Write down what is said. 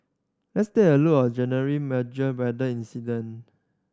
let's take a look at January major weather incident